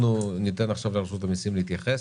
אנחנו ניתן עכשיו לרשות המיסים להתייחס,